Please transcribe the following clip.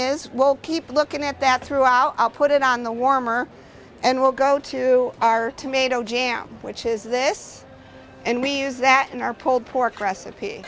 is will keep looking at that throughout i'll put it on the warmer and we'll go to our tomato jam which is this and we use that in our pulled pork recipe